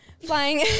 Flying